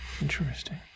interesting